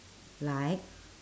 like